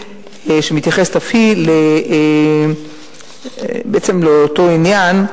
שמתייחסת אף היא בעצם לאותו עניין.